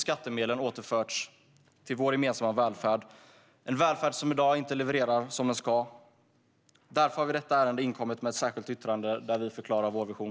Skattemedlen hade återförts till vår gemensamma välfärd. Det är en välfärd som i dag inte levererar som den ska. Därför har vi i detta ärende inkommit med ett särskilt yttrande, där vi förklarar vår vision.